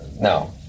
No